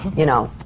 you know,